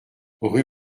rue